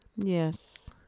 Yes